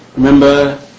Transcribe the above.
Remember